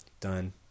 Done